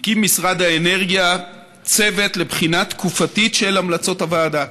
הקים משרד האנרגיה צוות לבחינה תקופתית של המלצות הוועדה.